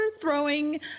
throwing